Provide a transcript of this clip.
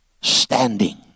standing